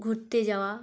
ঘুরতে যাওয়া